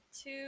two